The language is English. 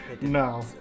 No